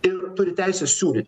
ir turi teisę siūlyt